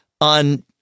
on